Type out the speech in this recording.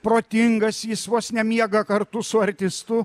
protingas jis vos ne miega kartu su artistu